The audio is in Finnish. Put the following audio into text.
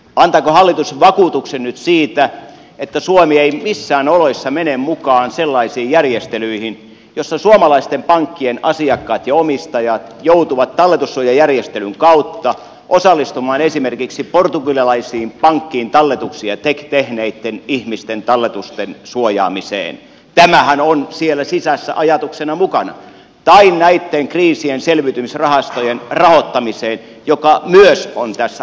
antaako hallitus vakuutuksen nyt siitä että suomi ei missään oloissa mene mukaan sellaisiin järjestelyihin joissa suomalaisten pankkien asiakkaat ja omistajat joutuvat talletussuojajärjestelyn kautta osallistumaan esimerkiksi portugalilaisiin pankkeihin talletuksia tehneitten ihmisten talletusten suojaamiseen tämähän on siellä sisässä ajatuksena mukana tai näitten kriisien selviytymisrahastojen rahoittamiseen mikä myös on tässä arkkitehtuurissa mukana